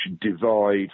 divide